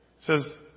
says